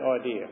idea